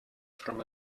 from